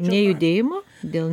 nejudėjimo dėl